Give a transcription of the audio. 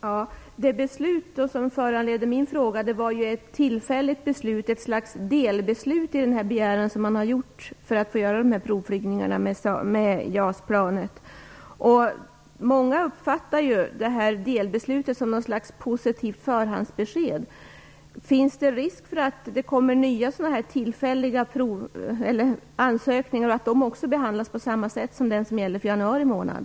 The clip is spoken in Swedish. Herr talman! Det beslut som föranledde min fråga var ett tillfälligt beslut, ett slags delbeslut, för den begäran som har lagts fram för att få göra dessa provflygningar med JAS-planet. Många uppfattar delbeslut som något slags positivt förhandsbesked. Finns det risk för att det kommer nya tillfälliga ansökningar och att de behandlas på samma sätt som för den som gäller för januari månad?